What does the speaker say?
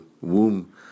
womb